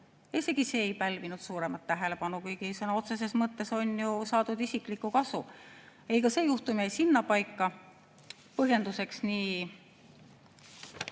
isegi see ei pälvinud suuremat tähelepanu, kuigi sõna otseses mõttes on ju saadud isiklikku kasu. Ka see juhtum jäi sinnapaika. Põhjenduseks nii